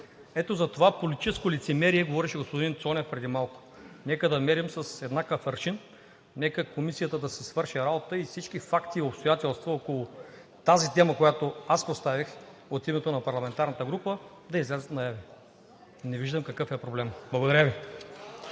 Ето за това политическо лицемерие говореше господин Цонев преди малко. Нека да мерим с еднакъв аршин. Нека комисията да си свърши работата и всички факти и обстоятелства около тази тема, която аз поставих от името на парламентарната група, да излязат наяве. Не виждам какъв е проблемът. Благодаря Ви.